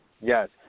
Yes